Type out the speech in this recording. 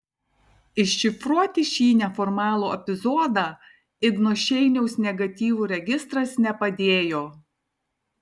iššifruoti šį neformalų epizodą igno šeiniaus negatyvų registras nepadėjo